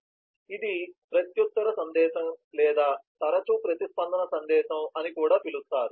కాబట్టి ఇది ప్రత్యుత్తర సందేశం లేదా తరచూ ప్రతిస్పందన సందేశం అని కూడా పిలుస్తారు